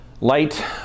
light